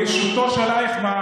גועל נפש.